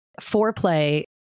foreplay